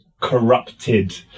corrupted